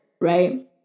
right